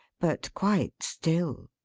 but quite still.